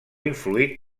influït